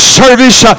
service